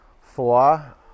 Four